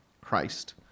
christ